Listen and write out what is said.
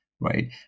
right